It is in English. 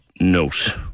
note